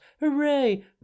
Hooray